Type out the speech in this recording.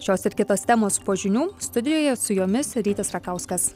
šios ir kitos temos po žinių studijoje su jomis rytis rakauskas